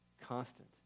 constant